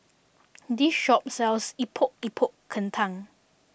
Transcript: this shop sells Epok Epok Kentang